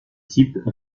type